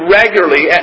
regularly